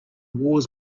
wars